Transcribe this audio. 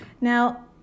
now